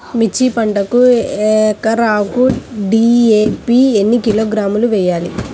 మిర్చి పంటకు ఎకరాకు డీ.ఏ.పీ ఎన్ని కిలోగ్రాములు వేయాలి?